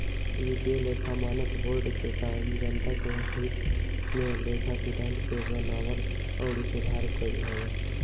वित्तीय लेखा मानक बोर्ड के काम जनता के हित में लेखा सिद्धांत के बनावल अउरी सुधार कईल हवे